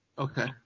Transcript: Okay